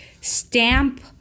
stamp